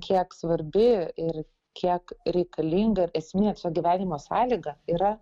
kiek svarbi ir kiek reikalinga esminė šio gyvenimo sąlyga yra